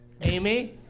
Amy